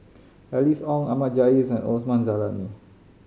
Alice Ong Ahmad Jais and Osman Zailani